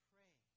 Pray